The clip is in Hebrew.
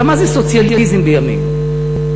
מה זה סוציאליזם בימינו?